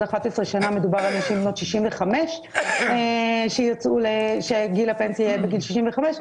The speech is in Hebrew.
11 שנים מדובר על נשים בנות 65 שגיל הפנסיה יהיה בגיל 65,